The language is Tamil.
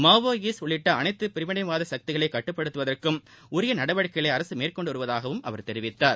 மாவோயிஸ்ட் உள்ளிட்ட அனைத்து பிரிவினைவாத சக்திகளை கட்டுப்படுத்துவதற்கும் உரிய நடவடிக்கைகளை அரசு மேற்கொண்டு வருவதாகவும் தெரிவித்தார்